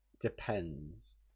depends